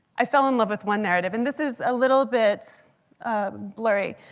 i fell in love with one narrative. and this is a little bit blurry.